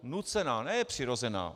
Nucená, ne přirozená.